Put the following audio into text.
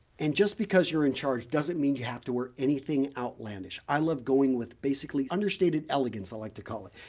and just because you're in charge doesn't mean you have to wear anything outlandish. i love going with basically understated elegance i like to call it.